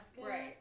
Right